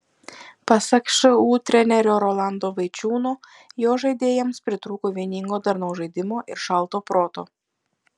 pasak šu trenerio rolando vaičiūno jo žaidėjams pritrūko vieningo darnaus žaidimo ir šalto proto